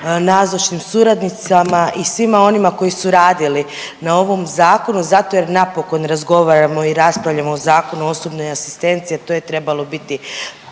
nazočnim suradnicama i svima onima koji su radili na ovom zakonu zato jer napokon razgovaramo i raspravljamo o Zakonu o osobnoj asistenciji, a to je trebalo biti